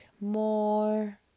more